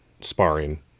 sparring